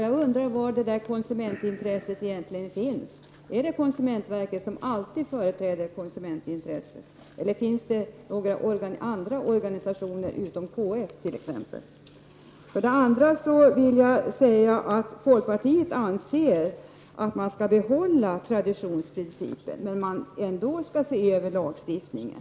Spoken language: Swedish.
Jag undrar var det konsumentintresset egentligen finns. Är det alltid konsumentverket som företräder konsumentintresset, eller finns det några organisationer utom KF som gör det? Folkpartiet anser att man skall behålla traditionsprincipen men att man ändå skall se över lagstiftningen.